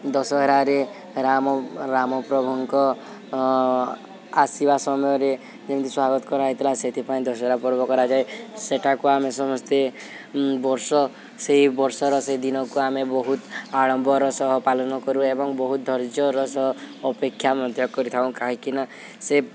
ଦଶହରାରେ ରାମ ରାମପ୍ରଭୁଙ୍କ ଆସିବା ସମୟରେ ଯେମିତି ସ୍ଵାଗତ କରହୋଇଥିଲା ସେଥିପାଇଁ ଦଶହରା ପର୍ବ କରାଯାଏ ସେଠାକୁ ଆମେ ସମସ୍ତେ ବର୍ଷ ସେଇ ବର୍ଷର ସେଇ ଦିନକୁ ଆମେ ବହୁତ ଆଡ଼ମ୍ବର ସହ ପାଲନ କରୁ ଏବଂ ବହୁତ ଧୈର୍ଯ୍ୟର ସହ ଅପେକ୍ଷା ମଧ୍ୟ କରିଥାଉ କାହିଁକିନା ସେ